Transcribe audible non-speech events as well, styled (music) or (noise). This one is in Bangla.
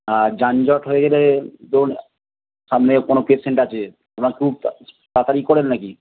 আর যানজট হয়ে গেলে ধরুন সামনে কোনো পেসেন্ট আছে কোনো (unintelligible) তাড়াতাড়ি করেন নাকি